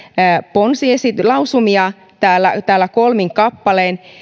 ponsilausumia täällä kolmin kappalein